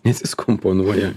nes jis komponuoja